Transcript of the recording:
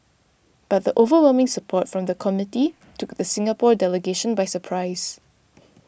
but the overwhelming support from the committee took the Singapore delegation by surprise